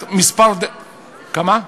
כמה?